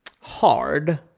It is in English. hard